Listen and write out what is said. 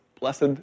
Blessed